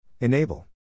Enable